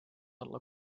alla